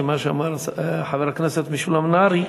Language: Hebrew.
מה שאמר חבר הכנסת משולם נהרי,